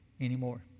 anymore